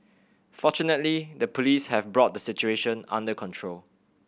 fortunately the Police have brought the situation under control